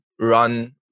run